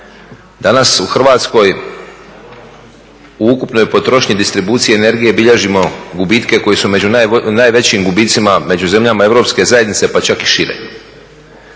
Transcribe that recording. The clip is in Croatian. Danas u Hrvatskoj u ukupnoj potrošnji distribucije energije bilježimo gubitke koji su među najvećim gubicima među zemljama europske zajednice pa čak i šire.